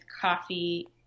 coffee